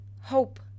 hope